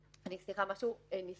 ..." אני רוצה להעיר משהו ניסוחי.